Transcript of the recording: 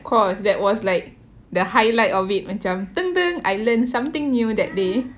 cause that was like the highlight of it macam I learnt something new that day